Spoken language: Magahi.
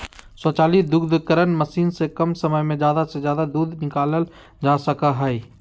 स्वचालित दुग्धकरण मशीन से कम समय में ज़्यादा से ज़्यादा दूध निकालल जा सका हइ